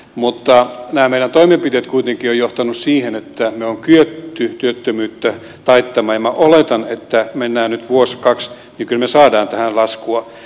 mutta nämä meidän toimenpiteemme kuitenkin ovat johtaneet siihen että me olemme kyenneet työttömyyttä taittamaan ja minä oletan että mennään nyt vuosi kaksi niin kyllä me saamme tähän laskua